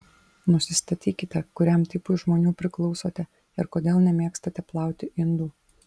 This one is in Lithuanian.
nusistatykite kuriam tipui žmonių priklausote ir kodėl nemėgstate plauti indų